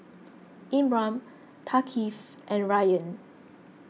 Imran Thaqif and Rayyan